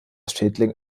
schädling